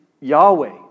Yahweh